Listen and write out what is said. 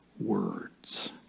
words